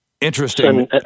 Interesting